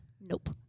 nope